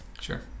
Sure